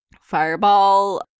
Fireball